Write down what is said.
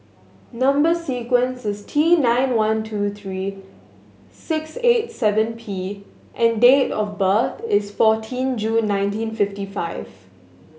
number sequence is T nine one two three six eight seven P and date of birth is fourteen June nineteen fifty five